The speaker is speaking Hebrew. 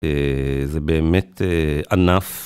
זה באמת ענף.